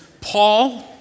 Paul